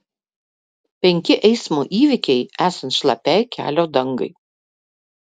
penki eismo įvykiai esant šlapiai kelio dangai